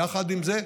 יחד עם זה,